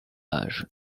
âge